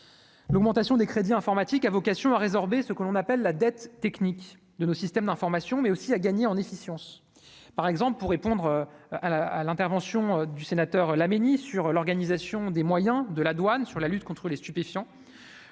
l'augmentation des crédits informatiques a vocation à résorber ce qu'on appelle la dette technique de nos systèmes d'information mais aussi à gagner en efficience, par exemple, pour répondre à la à l'intervention du sénateur Laménie sur l'organisation des moyens de la douane sur la lutte contre les stupéfiants,